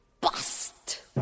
bust